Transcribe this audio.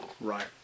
Right